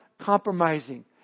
compromising